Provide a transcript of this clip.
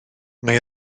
mae